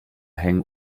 hängen